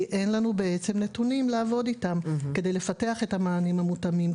כי אין לנו בעצם נתונים לעבוד איתם כדי לפתח את המענים המותאמים,